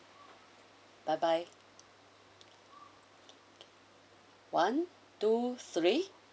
bye bye one two three